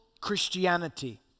Christianity